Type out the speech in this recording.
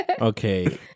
Okay